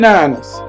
Niners